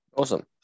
Awesome